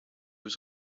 was